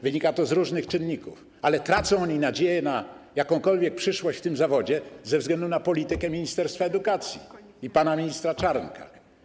Wynika to z różnych czynników, ale tracą oni nadzieję na jakąkolwiek przyszłość w tym zawodzie ze względu na politykę ministerstwa edukacji i pana ministra Czarnka.